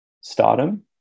stardom